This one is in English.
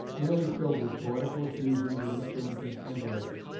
nearly filled with poetical effusions in mr. lincoln's handwriting,